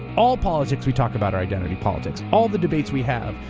all politics we talk about are identity politics. all the debates we have,